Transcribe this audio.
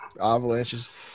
Avalanche's